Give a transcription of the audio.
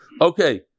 Okay